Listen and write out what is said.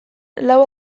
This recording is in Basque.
lau